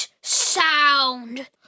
sound